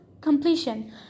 completion